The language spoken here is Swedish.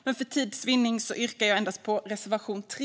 Men för tids vinnande yrkar jag bifall till endast reservation 3.